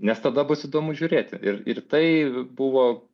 nes tada bus įdomu žiūrėti ir ir tai buvo